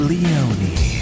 Leone